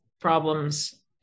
problems